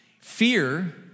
fear